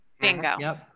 Bingo